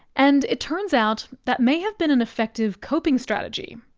and it turns out that may have been an effective coping strategy.